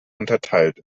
unterteilt